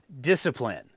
discipline